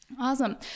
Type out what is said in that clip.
Awesome